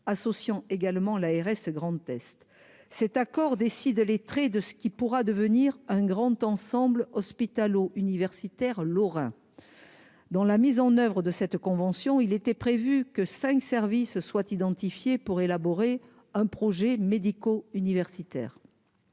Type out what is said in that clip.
associant également l'ARS grande test cet accord décide lettrés, de ce qui pourra devenir un grand ensemble hospitalo-universitaire lorrain dans la mise en oeuvre de cette convention, il était prévu que 5 services soient identifiés pour élaborer un projet médico- universitaire